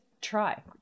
try